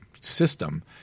system